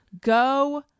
go